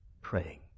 praying